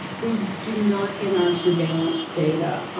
we do not in our surveillance data,